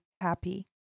happy